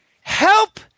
Help